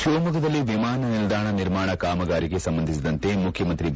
ಶಿವಮೊಗ್ಗದಲ್ಲಿ ವಿಮಾನ ನಿಲ್ದಾಣ ನಿರ್ಮಾಣ ಕಾಮಗಾರಿಗೆ ಸಂಬಂಧಿಸಿದಂತೆ ಮುಖ್ಯಮಂತ್ರಿ ಬಿ